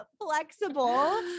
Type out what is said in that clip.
flexible